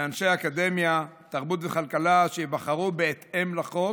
מאנשי אקדמיה, תרבות וכלכלה שייבחרו בהתאם לחוק